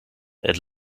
het